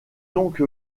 donc